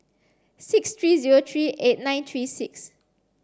six three zero three eight nine three six